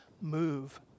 move